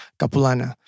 capulana